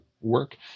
work